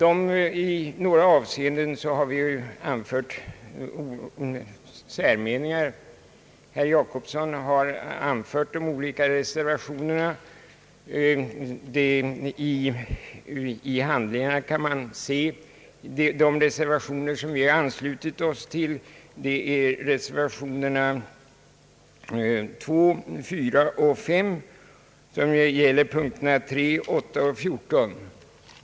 I några avseenden har vi ju anmält särmeningar. Herr Jacobsson har anfört de olika reservationerna. I handlingarna kan man se att de reservationer som vi anslutit oss till är reservationerna 2, 4 och 5, vilka gäller punkterna 3, 8 och 14.